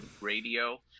Radio